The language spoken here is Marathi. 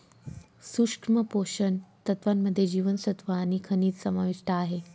सूक्ष्म पोषण तत्त्वांमध्ये जीवनसत्व आणि खनिजं समाविष्ट आहे